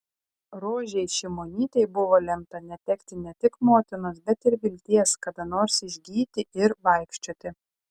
rožei šimonytei buvo lemta netekti ne tik motinos bet ir vilties kada nors išgyti ir vaikščioti